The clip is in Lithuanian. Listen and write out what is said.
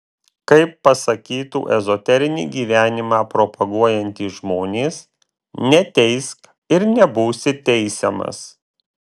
kaip pasakytų ezoterinį gyvenimą propaguojantys žmonės neteisk ir nebūsi teisiamas